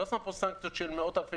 לא שמנו פה סנקציות של מאות-אלפי